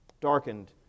darkened